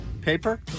paper